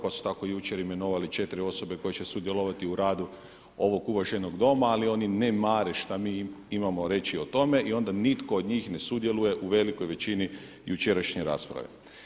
Pa su tako jučer imenovali 4 osobe koje će sudjelovati u radu ovog uvaženog Doma, ali oni ne mare šta mi imamo reći o tome i onda nitko od njih ne sudjeluje u velikoj većini jučerašnje rasprave.